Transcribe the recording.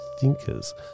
thinkers